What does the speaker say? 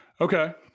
Okay